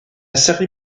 série